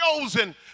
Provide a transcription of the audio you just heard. chosen